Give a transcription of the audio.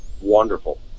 wonderful